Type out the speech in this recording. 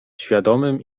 świadomym